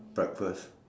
breakfast